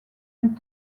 and